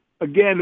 again